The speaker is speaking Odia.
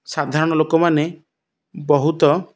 ସାଧାରଣ ଲୋକମାନେ ବହୁତ